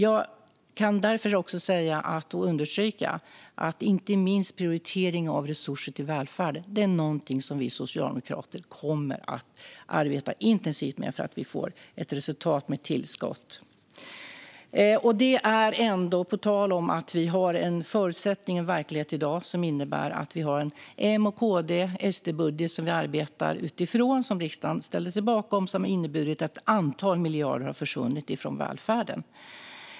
Jag kan därför understryka att inte minst prioritering av resurser till välfärden är någonting som vi socialdemokrater kommer att arbeta intensivt med så att vi får ett resultat med tillskott. Förutsättningarna och verkligheten i dag innebär att vi har en M-KD-SD-budget som vi arbetar utifrån. Det är den som riksdagen har ställt sig bakom, och den har inneburit att ett antal miljoner har försvunnit från välfärden.